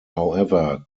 however